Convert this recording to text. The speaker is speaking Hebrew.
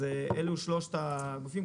אלה שלושת הגופים.